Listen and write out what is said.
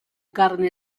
carne